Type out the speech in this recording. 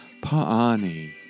Paani